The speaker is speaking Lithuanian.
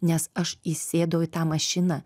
nes aš įsėdau į tą mašiną